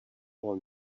all